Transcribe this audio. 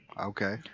Okay